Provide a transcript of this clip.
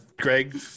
Greg